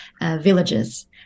villages